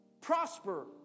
Prosper